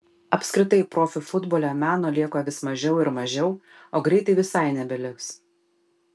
apskritai profių futbole meno lieka vis mažiau ir mažiau o greitai visai nebeliks